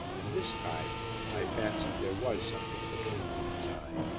and this time i fancied there was something of a twinkle in his eye.